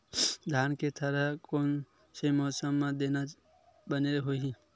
धान के थरहा कोन से मौसम म देना बने होही?